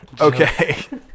Okay